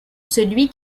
celui